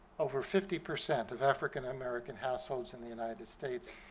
over fifty percent of african-american households in the united states